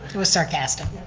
was sarcastic.